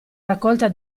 raccolta